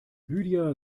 lydia